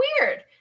weird